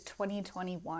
2021